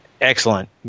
Excellent